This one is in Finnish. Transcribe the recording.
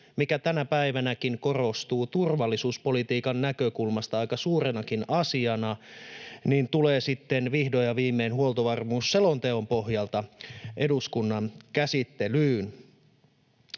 mikä tänä päivänäkin korostuu turvallisuuspolitiikan näkökulmasta aika suurenakin asiana — tulee sitten vihdoin ja viimein huoltovarmuusselonteon pohjalta eduskunnan käsittelyyn.